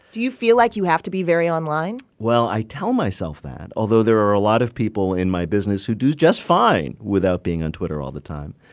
do you feel like you have to be very online? well, i tell myself that, although there are a lot of people in my business who do just fine without being on twitter all the time.